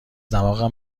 دماغم